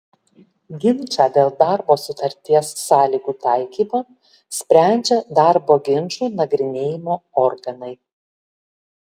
ginčą dėl darbo sutarties sąlygų taikymo sprendžia darbo ginčų nagrinėjimo organai